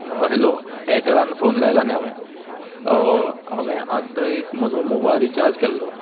hello एरटेलान phone लायला न्ही हांवें हांवें आत्तां एक म्हजो मोबायल रिचार्ज केल्लो